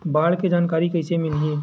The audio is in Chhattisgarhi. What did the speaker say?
बाढ़ के जानकारी कइसे मिलही?